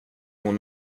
hon